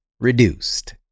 reduced